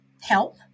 help